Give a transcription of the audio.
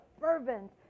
fervent